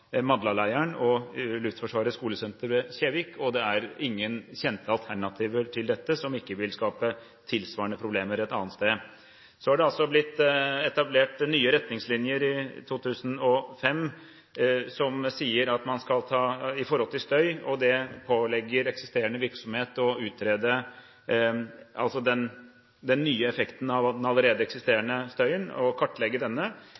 og Luftforsvarets skolesenter på Kjevik. Det er ingen kjente alternativer til dette som ikke vil skape tilsvarende problemer et annet sted. Det ble etablert nye retningslinjer i 2005 når det gjelder støy, som pålegger eksisterende virksomhet å utrede den nye effekten av den allerede eksisterende støyen og kartlegge denne.